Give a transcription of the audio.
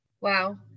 Wow